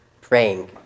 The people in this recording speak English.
praying